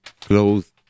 clothes